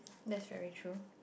necessary too